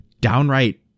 downright